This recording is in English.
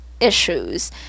issues